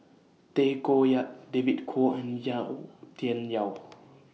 Tay Koh Yat David Kwo and Yau Tian Yau